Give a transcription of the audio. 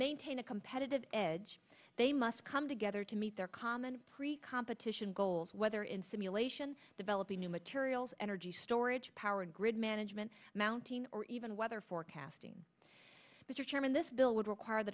maintain a competitive edge they must come together to meet their common pre competition goals whether in simulation developing new materials energy storage power grid management mounting or even weather forecasting but your chairman this bill would require the